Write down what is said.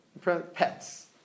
Pets